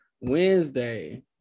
Wednesday